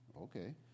okay